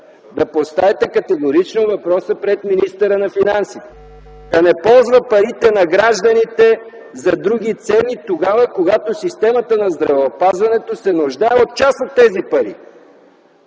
да поставите категорично въпроса пред министъра на финансите – да не ползва парите на гражданите за други цели тогава, когато системата на здравеопазването се нуждае от част от тези пари,